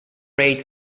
raid